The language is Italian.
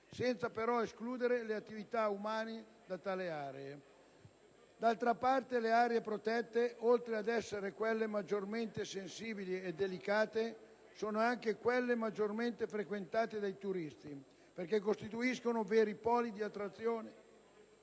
senza però escludere le attività umane da tali aree. D'altra parte le aree protette, oltre ad essere quelle maggiormente sensibili e delicate, sono anche quelle maggiormente frequentate dai turisti, perché costituiscono veri poli di attrazione